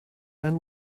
and